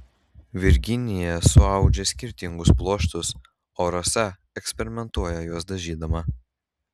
virginija suaudžia skirtingus pluoštus o rasa eksperimentuoja juos dažydama